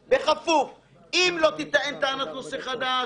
אם לא תאושר טענת נושא חדש,